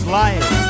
life